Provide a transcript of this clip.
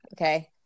Okay